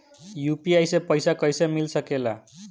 UPI से पइसा कईसे मिल सके ला?